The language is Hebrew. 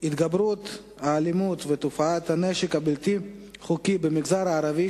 התגברות האלימות ותופעת הנשק הבלתי-חוקי במגזר הערבי,